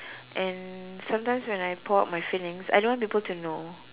and sometimes when I pour out my feelings I don't want people to know